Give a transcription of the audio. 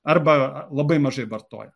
arba labai mažai vartoja